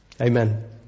Amen